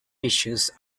tissues